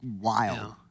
wild